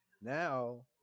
Now